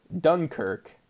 Dunkirk